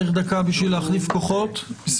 הישיבה ננעלה בשעה 13:05.